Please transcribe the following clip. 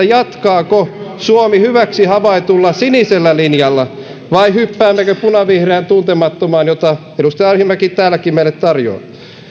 jatkaako suomi hyväksi havaitulla sinisellä linjalla vai hyppäämmekö punavihreään tuntemattomaan jota edustaja arhinmäki täälläkin meille tarjoaa